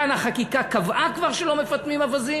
כאן החקיקה קבעה כבר שלא מפטמים אווזים,